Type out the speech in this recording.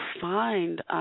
find